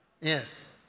Yes